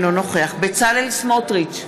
אינו נוכח בצלאל סמוטריץ,